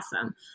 Awesome